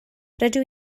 rydw